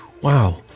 Wow